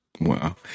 Wow